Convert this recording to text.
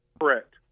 Correct